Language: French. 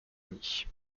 uni